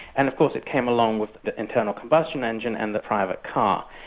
and of course it came along with the internal combustion engine and the private car.